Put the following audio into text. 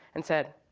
and said,